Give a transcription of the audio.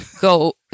go